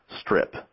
strip